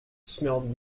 smelled